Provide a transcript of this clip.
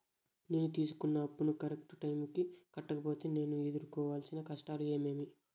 నేను తీసుకున్న అప్పును కరెక్టు టైముకి కట్టకపోతే నేను ఎదురుకోవాల్సిన కష్టాలు ఏమీమి?